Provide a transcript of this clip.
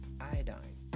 iodine